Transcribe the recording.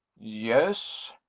yes?